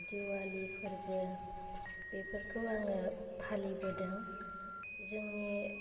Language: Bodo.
दिवालि फोर्बो बेफोरखौ आङो फालिबोदों जोंनि